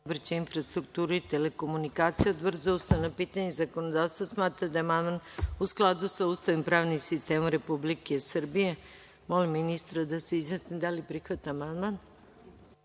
saobraćaj, infrastrukturu i telekomunikacije. Odbor za ustavna pitanja i zakonodavstvo smatra da je amandman u skladu sa Ustavom i pravnim sistemom Republike Srbije. Molim, ministra da se izjasni da li prihvata amandman